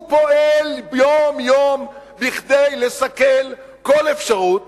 הוא פועל יום-יום כדי לסכל כל אפשרות